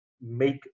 make